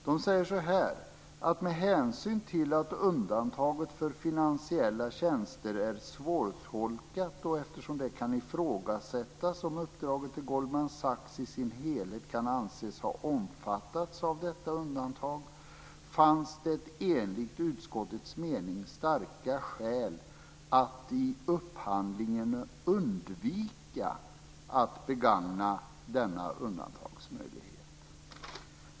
De säger så här: "Med hänsyn till att undantaget för finansiella tjänster är svårtolkat och eftersom det kan ifrågasättas om uppdraget till Goldman Sachs i sin helhet kan anses ha omfattats av detta undantag fanns det enligt utskottets mening starka skäl att i upphandlingen undvika att begagna denna undantagsmöjlighet."